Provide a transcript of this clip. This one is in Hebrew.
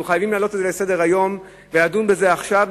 אנחנו חייבים להעלות את זה לסדר-היום ולדון בזה עכשיו,